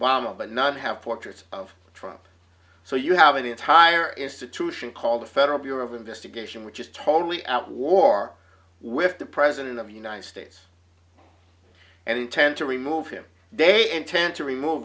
obama but none have portraits of trump so you have the entire institution called the federal bureau of investigation which is totally out war with the president of united states and intend to remove him they intend to remove